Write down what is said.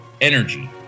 energy